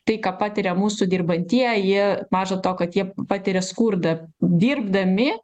tai ką patiria mūsų dirbantieji maža to kad jie patiria skurdą dirbdami